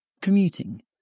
Commuting